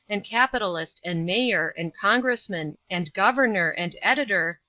and capitalist, and mayor, and congressman, and governor, and editor,